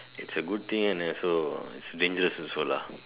it's a good thing and is also dangerous also lah